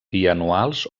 bianuals